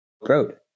Road